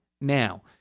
Now